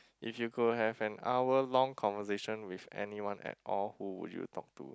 if you could have an hour long conversation with anyone at all who will you talk to